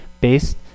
based